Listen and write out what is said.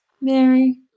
Mary